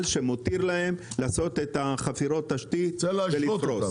שמתיר להם לעשות את חפירות התשתית ולפרוס?